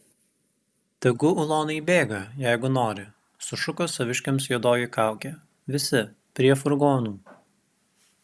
tegu ulonai bėga jeigu nori sušuko saviškiams juodoji kaukė visi prie furgonų